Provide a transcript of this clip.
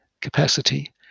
capacity